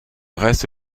reste